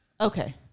okay